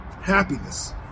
Happiness